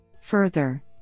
Further